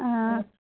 ஆ